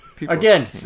Again